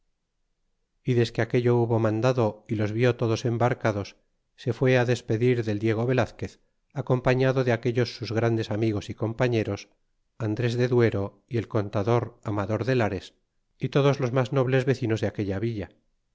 y desque aquello tuvo mandado y los vi todos embarcados se fue depedir del diego velazquez acompañado de aquellos sus grandes amigos y compañeros andres de duero y el contador amador de lares y todos los mas nobles vecinos de aquella villa